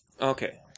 Okay